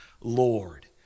Lord